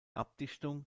abdichtung